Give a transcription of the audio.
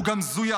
הוא גם זויף.